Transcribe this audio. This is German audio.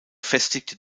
festigte